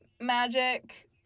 magic